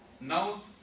now